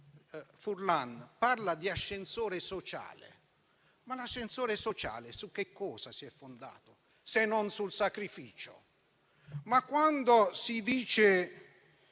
Furlan - parla di ascensore sociale, l'ascensore sociale su che cosa si è fondato se non sul sacrificio? In Commissione